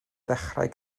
ddechrau